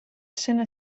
scena